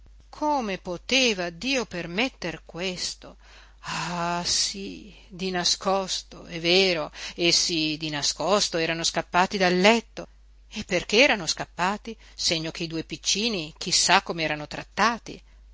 come poteva dio permetter questo ah sí di nascosto è vero essi di nascosto erano scappati dal letto e perché erano scappati segno che i due piccini chi sa com'erano trattati